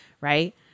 Right